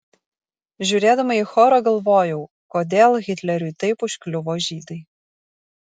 žiūrėdama į chorą galvojau kodėl hitleriui taip užkliuvo žydai